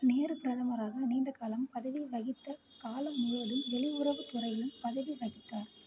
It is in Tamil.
நேரு பிரதமராக நீண்ட காலம் பதவி வகித்த காலம் முழுவதும் வெளியுறவுத் துறையிலும் பதவி வகித்தார்